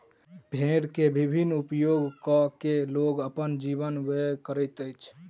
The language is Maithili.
भेड़ के विभिन्न उपयोग कय के लोग अपन जीवन व्यय करैत अछि